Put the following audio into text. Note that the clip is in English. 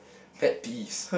pet peeves